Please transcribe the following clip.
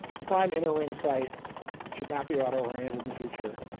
prime inner ring site should not be auto orienterred in the future.